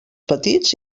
petits